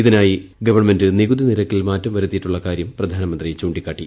ഇതിനായി ഗവൺമെന്റ് നികുതി നിരക്കിൽ മാറ്റം വരുത്തിയിട്ടുള്ള കാര്യം പ്രധാനമന്ത്രി ചൂണ്ടിക്കാട്ടി